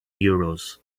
euros